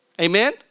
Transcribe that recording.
Amen